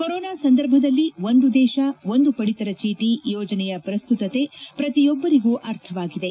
corona ಸಂದರ್ಭದಲ್ಲಿ ಒಂದು ದೇತ ಒಂದು ಪಡಿತರ ಚೀಟ ಯೋಜನೆಯ ಪ್ರಸ್ತುತತೆ ಪ್ರತಿಯೊಬ್ಬರಿಗೂ ಅರ್ಥವಾಗಿದೆ